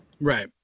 right